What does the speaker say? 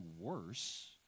worse